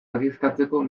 argiztatzeko